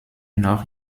noch